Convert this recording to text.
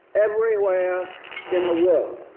everywhere in the world.